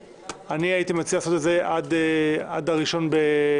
אני הייתי מציע לעשות את זה עד ה-1 ביוני,